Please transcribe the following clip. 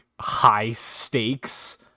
high-stakes